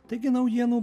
taigi naujienų